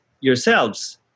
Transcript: yourselves